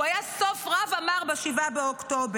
הוא היה סוף רע ומר ב-7 באוקטובר.